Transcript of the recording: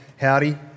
Howdy